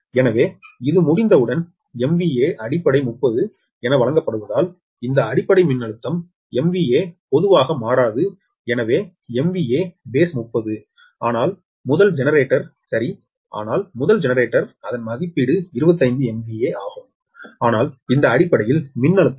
எனவே இது முடிந்தவுடன் MVA அடிப்படை 30 என வழங்கப்படுவதால் இந்த அடிப்படை மின்னழுத்தம் MVA பொதுவாக மாறாது எனவே MVA பேஸ் 30 ஆனால் முதல் ஜெனரேட்டர் சரி ஆனால் முதல் ஜெனரேட்டர் அதன் மதிப்பீடு 25 MVA ஆகும் ஆனால் இந்த அடிப்படையில் மின்னழுத்தம் 6